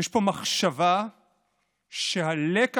מתחת לאינטרס הפוליטי של השמאל לשמור על מוקדי כוח